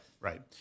right